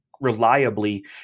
reliably